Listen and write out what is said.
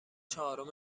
چهارم